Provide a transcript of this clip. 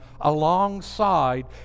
alongside